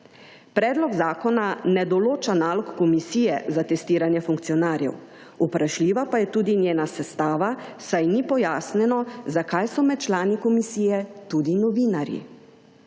Predlog zakona ne določa nalog komisije za testiranje funkcionarjev, vprašljiva pa je tudi njena sestava, saj ni pojasnjeno, zakaj so med člani komisije tudi novinarji.